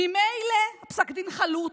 ממילא פסק דין חלוט